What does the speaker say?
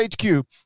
hq